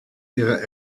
ihrer